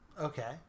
Okay